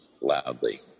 loudly